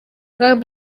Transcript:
kagame